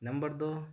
number do